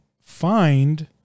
find